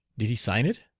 did he sign it?